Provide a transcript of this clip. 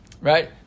right